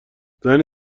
زنی